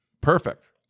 Perfect